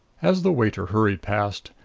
as the waiter hurried past,